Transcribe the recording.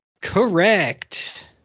Correct